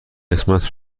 قسمت